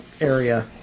area